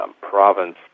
province